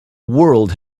world